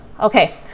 Okay